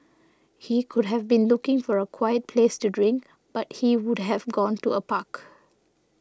he could have been looking for a quiet place to drink but he would have gone to a park